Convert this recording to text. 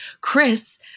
chris